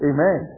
Amen